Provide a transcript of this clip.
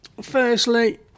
Firstly